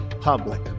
public